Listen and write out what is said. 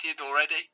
already